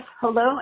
hello